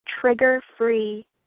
trigger-free